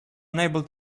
unable